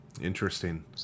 Interesting